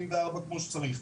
כמו שצריך.